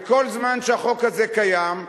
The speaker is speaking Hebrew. וכל זמן שהחוק הזה קיים,